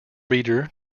reader